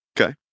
Okay